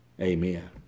Amen